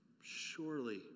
Surely